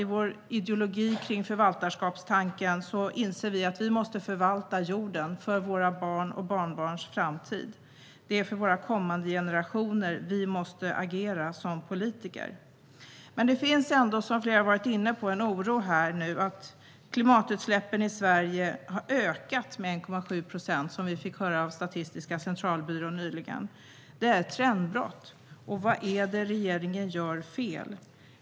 I vår ideologi om förvaltarskapstanken inser vi att vi måste förvalta jorden för våra barns och barnbarns framtid. Det är för kommande generationer som vi som politiker måste agera. Men det finns ändå, som flera har varit inne på, en oro över att klimatutsläppen i Sverige har ökat med 1,7 procent, som vi nyligen fick höra av Statistiska centralbyrån. Det är ett trendbrott. Vad är det som regeringen gör fel?